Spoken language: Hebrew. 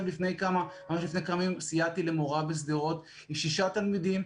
לפני כמה ימים סייעתי למורה בשדרות עם שישה תלמידים,